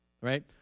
right